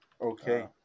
Okay